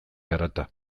harata